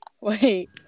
Wait